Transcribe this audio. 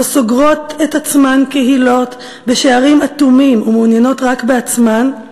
שבו סוגרות את עצמן קהילות בשערים אטומים ומעוניינות רק בעצמן,